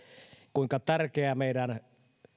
kuinka tärkeää meidän